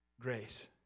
Grace